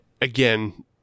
again